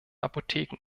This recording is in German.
apotheken